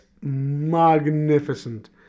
magnificent